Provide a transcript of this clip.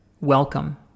Welcome